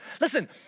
Listen